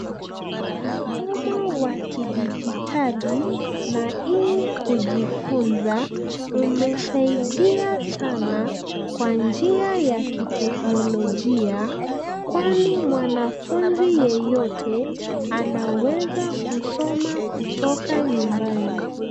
Mfumo wa kidijitali na ili kujifunza umesaidia sana kwa njia ya kiteknolojia kwani mwanafunzi yeyote anaweza kusoma kutoka nyumbani.